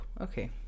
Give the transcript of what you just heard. Okay